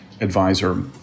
advisor